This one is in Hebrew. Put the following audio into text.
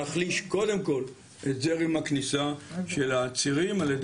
אני חושבת שזה מתחיל אפילו מהעצור עצמו כי